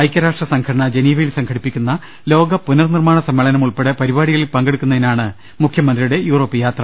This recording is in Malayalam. ഐക്യരാഷ്ട്ര സംഘടന ജനീവയിൽ സംഘടിപ്പിക്കുന്ന ലോക പുനർനിർമ്മാണ സമ്മേളനം ഉൾപ്പെടെ പരിപാടികളിൽ പങ്കെടുക്കുന്നതിനാണ് മുഖ്യമന്ത്രിയുടെ യൂറോപ്പ് യാത്ര